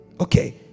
okay